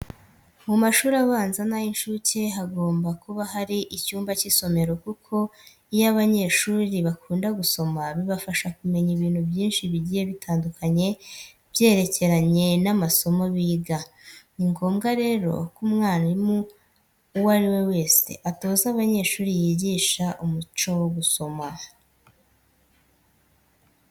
Mu mashuri abanza n'ay'incuke hagomba kuba hari icyumba cy'isomero kuko iyo abanyeshuri bakunda gusoma bibafasha kumenya ibintu byinshi bigiye bitandukanye byerekeranye n'amasomo biga. Ni ngombwa rero ko umwarimu uwo ari we wese atoza abanyeshuri yigisha umuco wo gusoma.